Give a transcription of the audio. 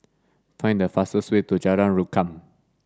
find the fastest way to Jalan Rukam